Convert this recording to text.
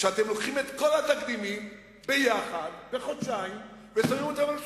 שאתם לוקחים את כל התקדימים יחד בחודשיים ושמים אותם על השולחן.